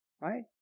right